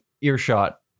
earshot